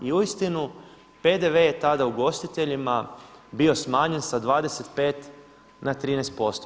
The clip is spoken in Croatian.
I uistinu PDV je tada ugostiteljima bio smanjen sa 25 na 13%